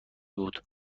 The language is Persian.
بود